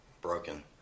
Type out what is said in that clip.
Broken